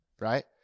right